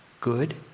good